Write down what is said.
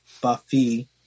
buffy